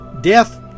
death